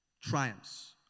triumphs